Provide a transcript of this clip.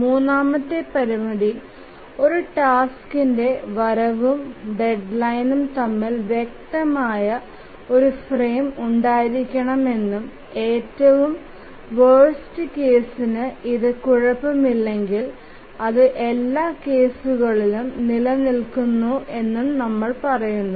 മൂന്നാമത്തെ പരിമിതി ഒരു ടാസ്കിന്റെ വരവും ഡെഡ്ലൈനും തമ്മിൽ വ്യക്തമായ ഒരു ഫ്രെയിം ഉണ്ടായിരിക്കണമെന്നും ഏറ്റവും വേർസ്റ് കേസ്ഇന് ഇത് കുഴപ്പം ഇല്ലെകിൽ അത് എല്ലാ കേസുകളിലും നിലനിൽക്കുമെന്നും പറയുന്നു